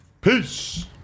Peace